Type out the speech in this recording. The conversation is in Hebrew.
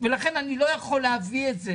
לכן אני לא יכול להביא את זה,